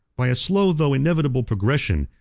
by a slow though inevitable progression,